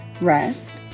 rest